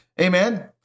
Amen